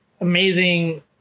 amazing